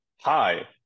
hi